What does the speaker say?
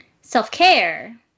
self-care